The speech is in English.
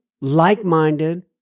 like-minded